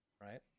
Right